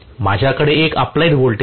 माझ्याकडे एक applied voltage आहे